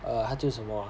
err 他就什么